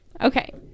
Okay